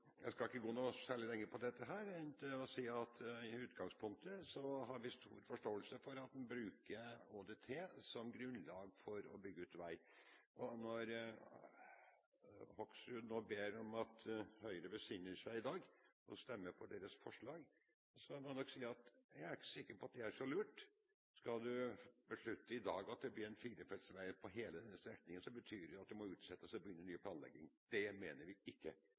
Jeg skal ikke gå noe særlig lenger inn på dette enn å si at vi i utgangspunktet har stor forståelse for at man bruker ÅDT som grunnlag for å bygge ut vei. Når Hoksrud nå ber om at Høyre besinner seg i dag og stemmer for deres forslag, må jeg nok si at jeg ikke er sikker på at det er så lurt. Skal man beslutte i dag at det skal bli en firefelts vei på hele denne strekningen, betyr det jo at det må utsettes, og man må begynne ny planlegging. Det mener vi ikke.